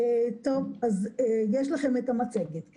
יש לכם את המצגת.